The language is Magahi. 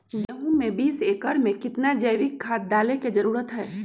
गेंहू में बीस एकर में कितना जैविक खाद डाले के जरूरत है?